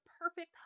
perfect